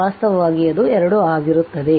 ವಾಸ್ತವವಾಗಿ ಅದು 2 ಆಗಿರುತ್ತದೆ